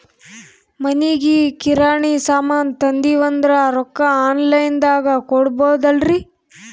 ಮನಿಗಿ ಕಿರಾಣಿ ಸಾಮಾನ ತಂದಿವಂದ್ರ ರೊಕ್ಕ ಆನ್ ಲೈನ್ ದಾಗ ಕೊಡ್ಬೋದಲ್ರಿ?